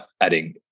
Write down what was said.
adding